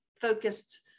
focused